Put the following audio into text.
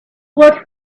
what